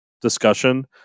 discussion